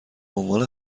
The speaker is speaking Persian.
عنوان